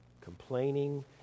complaining